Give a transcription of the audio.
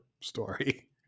story